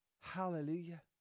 Hallelujah